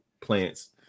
plants